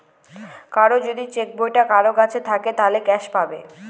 খালি যদি চেক বইটা কারোর কাছে থাকে ক্যাস পাবে